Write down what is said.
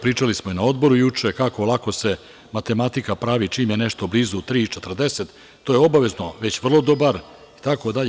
Pričali smo i na odboru juče kako lako se matematika pravi čim je nešto blizu 3,40, to je obavezno već vrlo dobar itd.